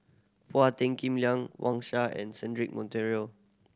Paul Tan Kim Liang Wang Sha and Cedric Monteiro